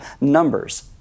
numbers